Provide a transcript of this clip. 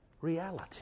reality